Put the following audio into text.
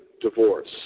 divorce